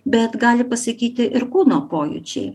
bet gali pasakyti ir kūno pojūčiai